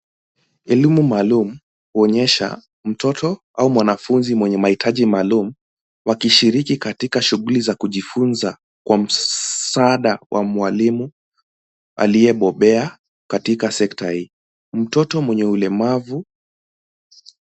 Elimu maalum huonyesha mtoto au mwanafunzi mwenye mahitaji maalum, wakishiriki katika shughuli za kujifunza kwa msaada wa mwalimu aliye bobea katika sekta hii. Mtoto mwenye ulemavu.